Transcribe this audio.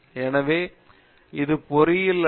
எனவே அது பொறியியல் அல்ல